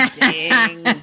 ding